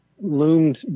loomed